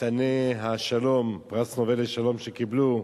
חתני השלום, פרס נובל לשלום שקיבלו,